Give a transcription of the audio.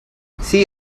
see